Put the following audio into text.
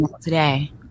today